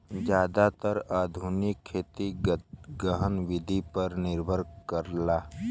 जादातर आधुनिक खेती गहन विधि पर निर्भर करला